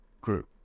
group